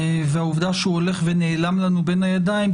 והעובדה שהוא הולך ונעלם לנו בין הידיים,